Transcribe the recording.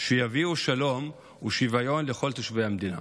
שיביאו שלום ושוויון לכל תושבי המדינה.